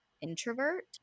introvert